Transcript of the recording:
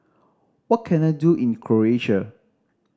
what can I do in Croatia